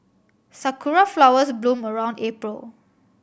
sakura flowers bloom around April